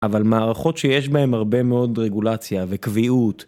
אבל מערכות שיש בהן הרבה מאוד רגולציה וקביעות.